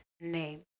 name